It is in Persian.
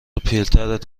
پیرت